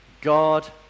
God